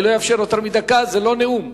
אני לא אאפשר יותר מדקה, זה לא נאום.